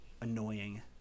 annoying